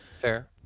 fair